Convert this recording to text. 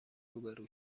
روبرو